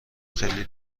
خیلی